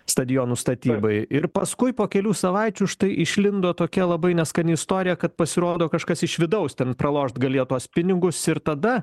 stadiono statybai ir paskui po kelių savaičių štai išlindo tokia labai neskani istorija kad pasirodo kažkas iš vidaus ten pralošt galėjo tuos pinigus ir tada